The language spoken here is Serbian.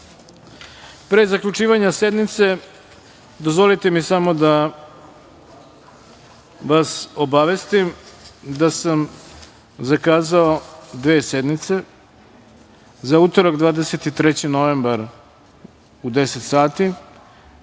zaključivanja sednice, dozvolite mi samo da vas obavestim da sam zakazao dve sednice za utorak 23. novembar, u 10.00